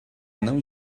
não